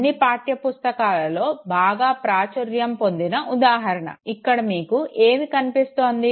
అన్నీ పాఠ్యపుస్తకాలాలో బాగా ప్రాచుర్యం పొందిన ఉదాహరణ ఇక్కడ మీకు ఏమి కనిపిస్తోంది